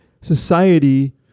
society